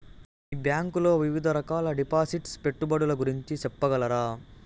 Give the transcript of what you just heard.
మీ bank లో వివిధ రకాల డిపాసిట్స్, పెట్టుబడుల గురించి సెప్పగలరా?